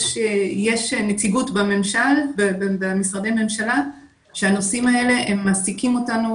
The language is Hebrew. יש נציגות במשרדי ממשלה שהנושאים האלה מעסיקים אותנו,